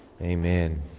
amen